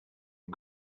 and